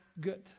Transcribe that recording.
Good